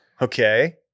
Okay